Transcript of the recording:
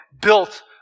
built